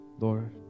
Lord